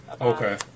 Okay